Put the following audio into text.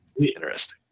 Interesting